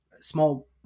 small